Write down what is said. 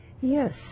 Yes